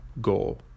goal